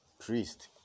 priest